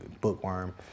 bookworm